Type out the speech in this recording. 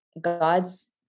God's